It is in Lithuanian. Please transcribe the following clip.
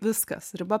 viskas riba